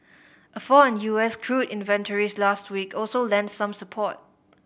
a fall in U S crude inventories last week also lent some support